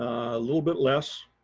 little bit less.